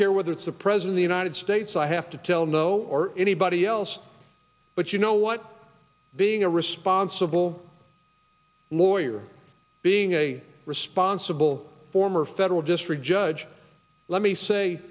care whether it's the president the united states i have to tell no or anybody else but you know what being a responsible lawyer being a responsible former federal district judge let me say